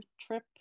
trip